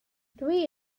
dwi